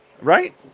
right